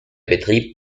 betrieb